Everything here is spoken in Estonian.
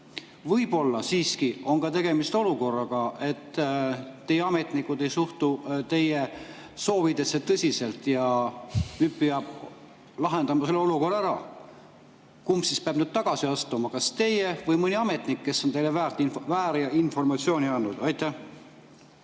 Võib-olla siiski on tegemist olukorraga, et teie ametnikud ei suhtu teie soovidesse tõsiselt, ja nüüd peab lahendama selle olukorra ära. Kumb siis peab tagasi astuma: kas teie või mõni ametnik, kes on teile väärinformatsiooni andnud? Aitäh,